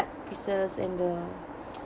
art pieces and the